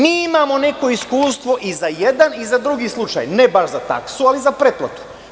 Mi imamo neko iskustvo i za jedan i za drugi slučaj, ne baš za taksu, ali za pretplatu.